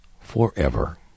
Forever